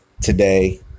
today